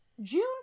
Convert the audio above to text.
June